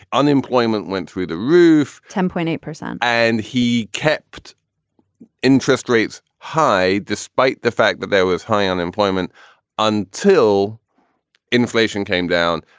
unemployment went through the roof ten point eight percent and he kept interest rates high despite the fact that there was high unemployment until inflation came down.